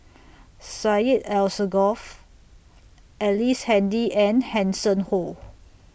Syed Alsagoff Ellice Handy and Hanson Ho